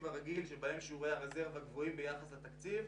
הרגיל שבהם שיעורי הרזרבה גבוהים ביחס לתקציב.